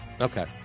Okay